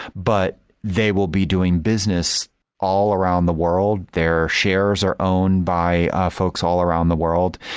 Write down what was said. but they will be doing business all around the world. their shares are owned by folks all around the world,